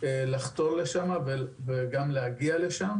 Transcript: לחתור לשם וגם להגיע לשם.